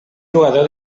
jugador